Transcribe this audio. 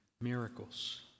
miracles